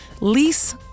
lease